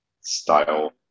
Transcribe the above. style